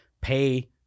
pay